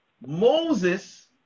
Moses